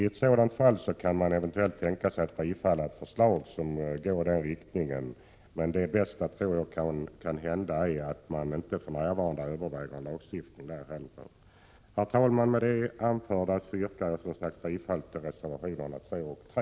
I ett sådant fall kan man eventuellt tänka sig att bifalla ett förslag som går i den riktningen, men det bästa är nog att inte överväga lagstiftning för närvarande. Herr talman! Med det anförda yrkar jag bifall till reservationerna 2 och 3.